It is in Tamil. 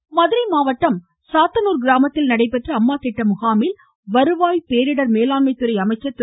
உதயகுமார் மதுரை மாவட்டம் சாத்தனூர் கிராமத்தில் நடைபெற்ற அம்மா திட்ட முகாமில் வருவாய் மற்றும் பேரிடர் மேலாண்மை துறை அமைச்சர் திரு